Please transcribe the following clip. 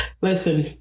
Listen